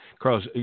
Carlos